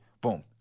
boom